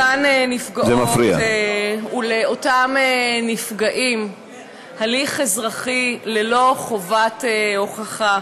לאותן נפגעות ולאותם נפגעים הליך אזרחי ללא חובת הוכחה,